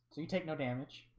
so you take no damage